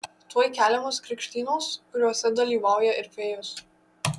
tuoj keliamos krikštynos kuriose dalyvauja ir fėjos